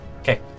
Okay